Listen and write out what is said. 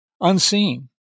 unseen